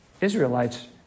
Israelites